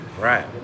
right